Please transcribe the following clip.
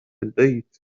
البيت